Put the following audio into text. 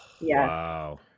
wow